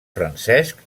francesc